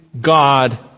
God